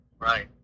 right